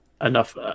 enough